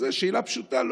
זאת שאלה פשוטה.